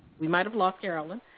we might've lost carolyn.